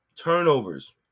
turnovers